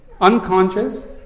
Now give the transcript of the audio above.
unconscious